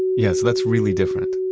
yeah, so that's really different.